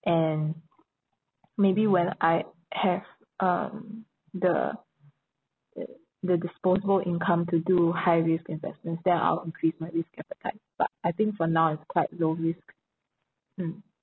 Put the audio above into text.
and maybe when I have um the uh the disposable income to do high risk investments then I'll increase my risk appetite but I think for now it's quite low risk mm